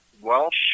Welsh